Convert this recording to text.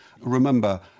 Remember